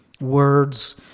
words